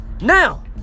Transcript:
Now